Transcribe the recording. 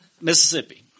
Mississippi